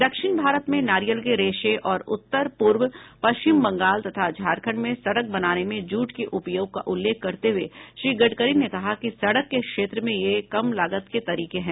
दक्षिण भारत में नारियल के रेशे और उत्तर पूर्व पश्चिम बंगाल तथा झारखंड में सडक बनाने में जूट के उपयोग का उल्लेख करते हुए श्री गडकरी ने कहा कि सडक के क्षेत्र में ये कम लागत के तरीके हैं